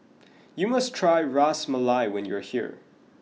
you must try Ras Malai when you are here